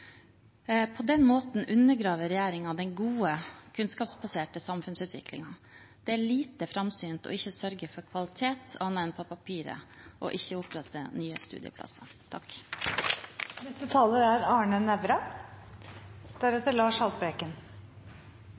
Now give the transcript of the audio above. På den måten undergraver regjeringen den gode, kunnskapsbaserte samfunnsutviklingen. Det er lite framsynt ikke å sørge for kvalitet annet enn på papiret og ikke å opprette nye studieplasser.